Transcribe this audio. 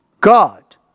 God